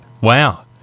Wow